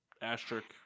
asterisk